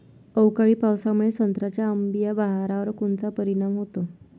अवकाळी पावसामुळे संत्र्याच्या अंबीया बहारावर कोनचा परिणाम होतो?